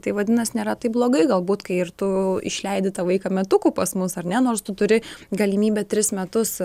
tai vadinas nėra taip blogai galbūt kai ir tu išleidi tą vaiką metukų pas mus ar ne nors tu turi galimybę tris metus